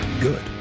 good